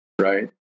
right